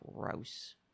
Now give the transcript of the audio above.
Gross